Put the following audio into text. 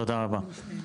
תודה רבה.